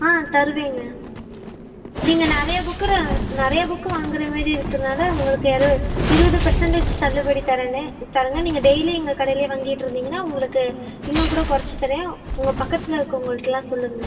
ஆ தருவேங்க நீங்கள் நிறைய புக்கு ரெ நிறைய புக்கு வாங்குகிற மாரி இருக்கறனால உங்களுக்கு எர இருபது பர்சன்டேஜ் தள்ளுபடி தரேண்ண தரேங்க நீங்கள் டெய்லியும் எங்கள் கடையில் வாங்கிட்ருந்தீங்கன்னால் உங்களுக்கு இன்னும் கூட கொறைச்சிக்கிறேன் உங்கள் பக்கத்தில் இருக்கறவங்களுக்குலாம் சொல்லுங்கள்